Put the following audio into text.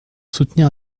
soutenir